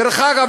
דרך אגב,